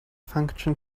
function